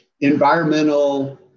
environmental